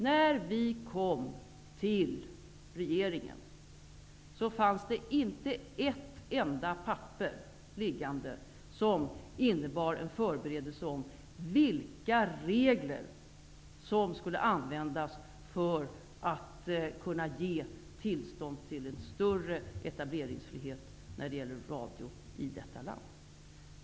När vi kom till regeringsmakten fanns det inte ett enda papper liggande som innebar en förberedelse för vilka regler som skulle tillämpas för att ge fler tillstånd och skapa större etableringsfrihet när det gäller radio i det här landet.